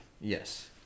Yes